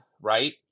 right